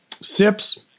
Sips